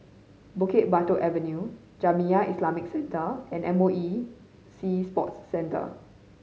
Bukit Batok Avenue Jamiyah Islamic Centre and M O E Sea Sports Centre